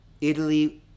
Italy